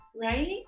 Right